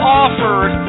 offered